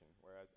whereas